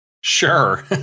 Sure